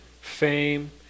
fame